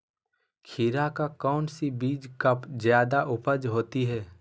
खीरा का कौन सी बीज का जयादा उपज होती है?